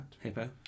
Hippo